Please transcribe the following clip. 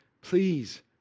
Please